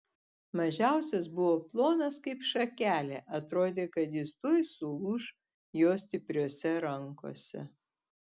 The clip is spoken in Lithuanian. mažiausias buvo plonas kaip šakelė atrodė kad jis tuoj sulūš jo stipriose rankose